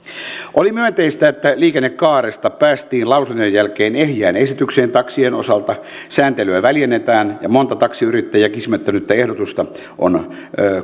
oli myönteistä että liikennekaaresta päästiin lausuntojen jälkeen ehjään esitykseen taksien osalta sääntelyä väljennetään ja monta taksiyrittäjiä kismittänyttä ehdotusta on